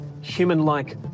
human-like